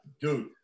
Dude